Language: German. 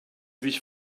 sich